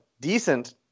decent